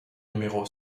numéro